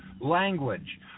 language